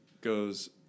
goes